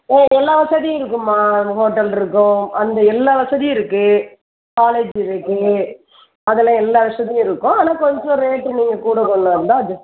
ஆ எல்லா வசதியும் இருக்கும்மா அங்க ஹோட்டல் இருக்கும் அந்த எல்லா வசதியும் இருக்குது காலேஜு இருக்குது அதெலாம் எல்லா வசதியும் இருக்கும் ஆனால் கொஞ்சம் ரேட்டு நீங்கள் கூட கொள்ள இருந்தால் அட்ஜஸ்ட்